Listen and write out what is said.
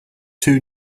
two